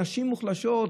נשים מוחלשות,